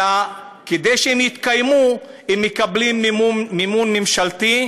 אלא כדי שהם יתקיימו הם מקבלים מימון ממשלתי,